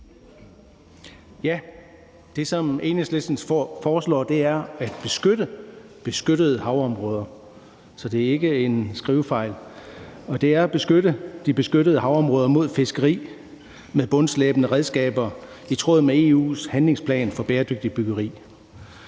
Det, som Enhedslisten foreslår, er at beskytte beskyttede havområder. Så det er ikke en skrivefejl. Det er at beskytte de beskyttede havområder mod fiskeri med bundslæbende redskaber i tråd med EU's handlingsplan for bæredygtigt fiskeri.